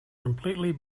completely